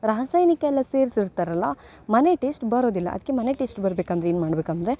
ರಾಸಾಯಾನಿಕ ಎಲ್ಲ ಸೇರ್ಸಿರ್ತಾರಲ್ಲ ಮನೆ ಟೇಸ್ಟ್ ಬರೋದಿಲ್ಲ ಅದಕ್ಕೆ ಮನೆ ಟೇಸ್ಟ್ ಬರ್ಬೇಕಂದರೆ ಏನು ಮಾಡ್ಬೇಕಂದರೆ